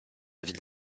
ville